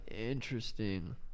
Interesting